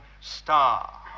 star